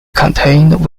contained